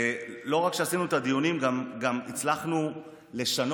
לא רק שעשינו את הדיונים, גם הצלחנו לשנות